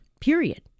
period